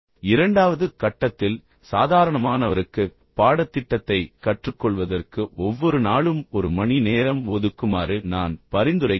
இரண்டாவது கட்டத்தில் சாதாரணமானவருக்கு பாடத்திட்டத்தைக் கற்றுக்கொள்வதற்கு ஒவ்வொரு நாளும் ஒரு மணி நேரம் ஒதுக்குமாறு நான் பரிந்துரைக்கிறேன்